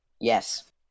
Yes